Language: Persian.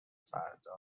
فردا